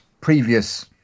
previous